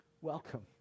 welcome